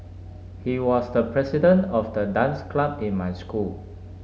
he was the president of the dance club in my school